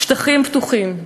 שטחים פתוחים,